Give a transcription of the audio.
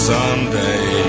Someday